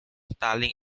staring